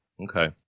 Okay